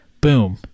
boom